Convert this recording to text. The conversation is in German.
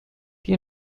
die